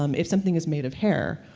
um if something is made of hair,